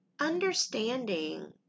understanding